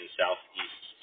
southeast